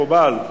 מקובל.